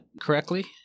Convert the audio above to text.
correctly